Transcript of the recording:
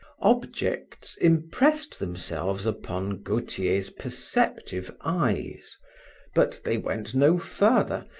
objects impressed themselves upon gautier's perceptive eyes but they went no further,